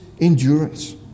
endurance